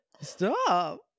Stop